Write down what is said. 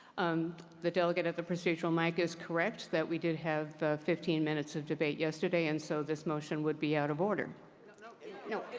and the delegate at the procedural mic is correct that we did have fifteen minutes of debate yesterday, and so this motion would be out of order no,